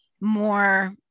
more